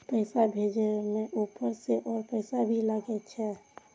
पैसा भेजे में ऊपर से और पैसा भी लगे छै?